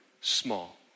small